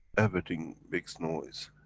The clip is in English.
everything makes noise,